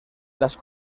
las